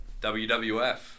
WWF